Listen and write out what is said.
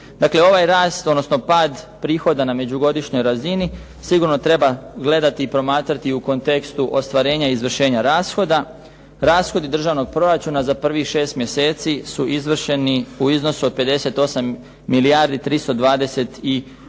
Dakle ovaj rast, odnosno pad prihoda na međugodišnjoj razini sigurno treba gledati i promatrati u kontekstu ostvarenja izvršenja rashoda. Rashodi državnog proračuna za prvih 6 mjeseci su izvršeni u iznosu od 58 milijardi 328 milijuna